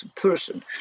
person